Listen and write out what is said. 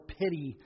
pity